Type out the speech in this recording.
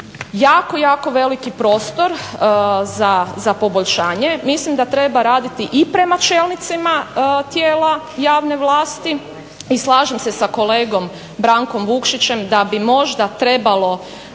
jako, jako veliki prostor za poboljšanje. Mislim da treba raditi i prema čelnicima tijela javne vlasti i slažem se sa kolegom Brankom Vukšićem da bi možda trebalo